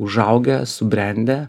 užaugę subrendę